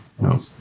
No